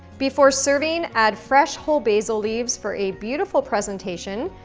before serving, add fresh whole basil leaves for a beautiful presentation.